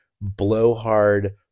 blowhard